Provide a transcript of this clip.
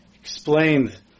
explained